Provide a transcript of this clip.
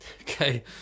Okay